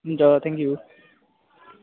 हुन्छ thank you